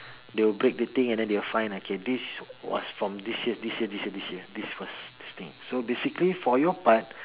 they will break the thing and then they will find like okay this was from this year this year this year this year this was this thing so basically for your part